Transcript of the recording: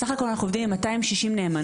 סך הכל אנחנו עובדים עם כ-260 נאמנות.